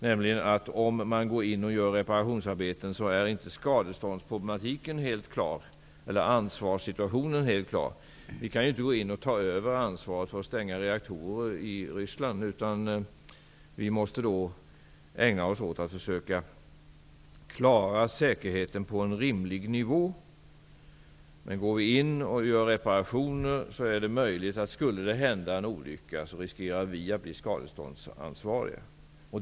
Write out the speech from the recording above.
Det är inte helt klart vems skadeståndsansvaret är om man går in och gör reparationsarbeten. Vi kan inte gå in och ta över ansvaret för att stänga reaktorer i Ryssland, utan måste ägna oss åt att försöka klara säkerheten på en rimlig nivå. Om det skulle hända en olycka när vi går in och gör reparationer riskerar vi att bli skadeståndsansvariga.